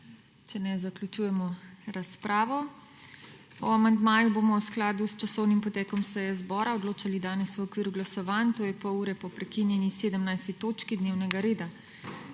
Če ne, zaključujemo razpravo. O amandmaju bomo v skladu s časovnim potek seje zbora odločali danes v okviru glasovanj, pol ure po prekinjeni 17. točki dnevnega reda.